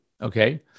okay